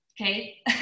okay